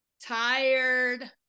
tired